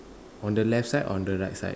on the left side on the right side